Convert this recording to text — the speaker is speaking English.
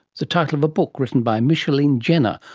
the title of a book written by micheline jenner,